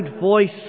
voice